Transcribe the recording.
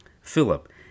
Philip